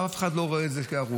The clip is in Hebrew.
ואז אף אחד לא רואה את זה כהרוג.